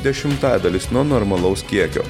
dešimtadalis nuo normalaus kiekio